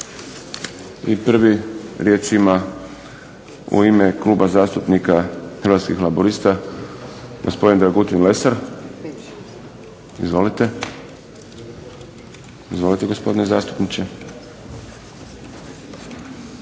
I prvi riječ ima u ime Kluba zastupnika Hrvatski laburista gospodin Dragutin Lesar. Izvolite. **Lesar, Dragutin